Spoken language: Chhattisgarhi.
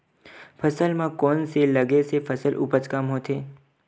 फसल म कोन से लगे से फसल उपज कम होथे?